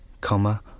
comma